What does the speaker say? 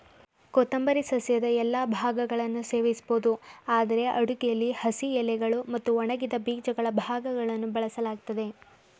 ಕೊತ್ತಂಬರಿ ಸಸ್ಯದ ಎಲ್ಲಾ ಭಾಗಗಳು ಸೇವಿಸ್ಬೋದು ಆದ್ರೆ ಅಡುಗೆಲಿ ಹಸಿ ಎಲೆಗಳು ಮತ್ತು ಒಣಗಿದ ಬೀಜಗಳ ಭಾಗಗಳನ್ನು ಬಳಸಲಾಗ್ತದೆ